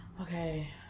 Okay